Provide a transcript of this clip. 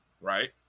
right